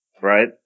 right